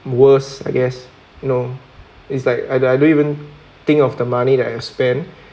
worse I guess you know it's like I I don't even think of the money that I spend